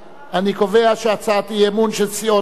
אני קובע שהצעת האי-אמון של סיעות חד"ש,